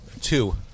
Two